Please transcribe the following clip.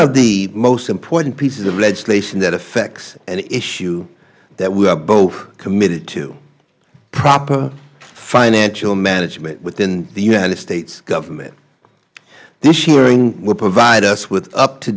of the most important pieces of legislation that affects an issue that we are both committed to proper financial management within the united states government this hearing will provide us with upto